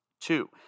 Two